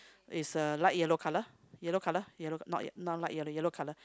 is a light yellow colour yellow colour yellow not not like yellow yellow colour